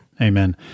Amen